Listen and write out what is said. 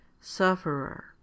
SUFFERER